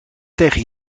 tegen